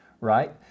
right